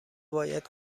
باید